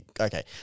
Okay